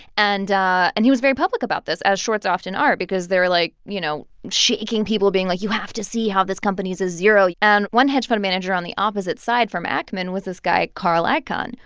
and and he was very public about this, as shorts often are, because they're, like, you know, shaking people, being like, you have to see how this company is a zero. and one hedge fund manager on the opposite side from ackman was this guy carl icahn,